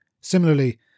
Similarly